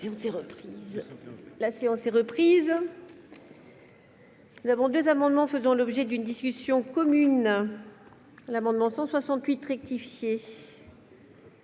La séance est reprise. Je suis saisie de deux amendements faisant l'objet d'une discussion commune. L'amendement n° 168 rectifié,